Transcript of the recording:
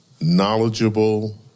knowledgeable